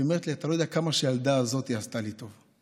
היא אמרה לי: אתה לא יודע כמה שהילדה הזאת עשתה לי טוב.